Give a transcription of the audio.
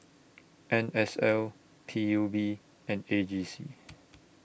N S L P U B and A G C